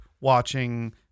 watching